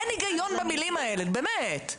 אין היגיון במילים האלה, באמת.